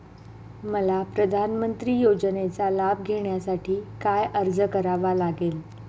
मला प्रधानमंत्री योजनेचा लाभ घेण्यासाठी काय अर्ज करावा लागेल?